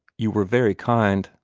you were very kind,